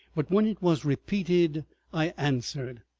but when it was repeated i answered.